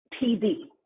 TV